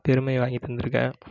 பெருமையை வாங்கி தந்திருக்கேன்